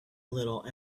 little